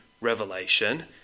revelation